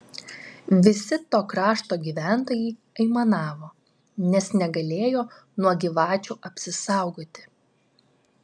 visi to krašto gyventojai aimanavo nes negalėjo nuo gyvačių apsisaugoti